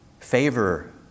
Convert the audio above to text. favor